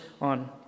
on